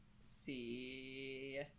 see